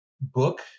book